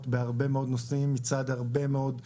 בהרבה מאוד נושאים מצד הרבה מאוד גורמים.